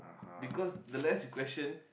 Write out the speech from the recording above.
because the less you question